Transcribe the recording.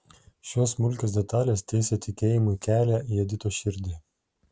šios smulkios detalės tiesė tikėjimui kelią į editos širdį